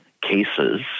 cases